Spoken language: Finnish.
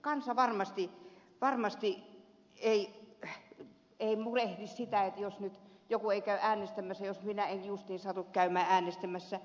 kansa ei varmasti murehdi sitä jos joku ikään jos minä en justiin ei käy äänestämässä